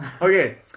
Okay